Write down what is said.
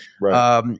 Right